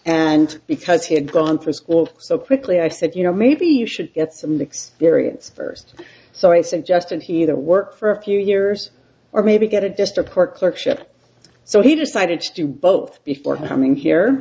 and because he had gone through school so quickly i said you know maybe you should get some experience first so i suggested he either work for a few years or maybe get a district court clerk ship so he decided to do both before coming here